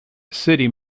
city